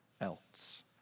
else